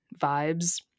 vibes